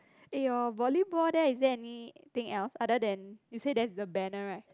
eh your volleyball there is anything else other than you said there is a banner right